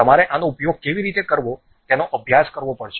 તમારે આનો ઉપયોગ કેવી રીતે કરવો તેનો અભ્યાસ કરવો પડશે